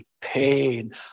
pain